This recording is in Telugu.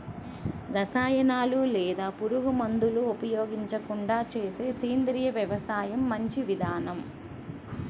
రసాయనాలు లేదా పురుగుమందులు ఉపయోగించకుండా చేసే సేంద్రియ వ్యవసాయం మంచి విధానం